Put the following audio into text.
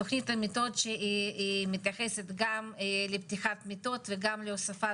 תוכנית המיטות שמתייחסת גם לפתיחת מיטות וגם להוספת